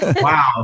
Wow